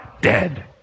dead